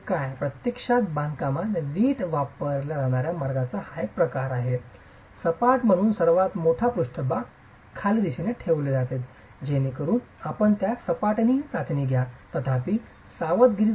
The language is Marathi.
प्रत्यक्षात बांधकामात वीट वापरल्या जाणाऱ्या मार्गाचा हा प्रकार आहे सपाट म्हणून सर्वात मोठा पृष्ठभाग खाली दिशेने ठेवलेले आहे जेणेकरून आपण त्यास सपाटनिहाय चाचणी घ्या तथापि सावधगिरीचा शब्द